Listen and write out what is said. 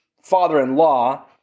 father-in-law